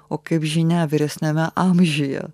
o kaip žinia vyresniame amžiuje